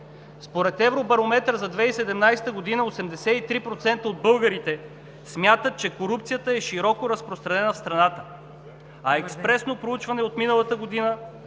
Според „Евробарометър“ за 2017 г. 83% от българите смятат, че корупцията е широко разпространена в страната, а експресно проучване от миналата година